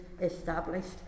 established